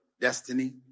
destiny